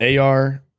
AR